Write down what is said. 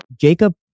Jacob